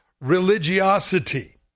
religiosity